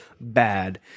bad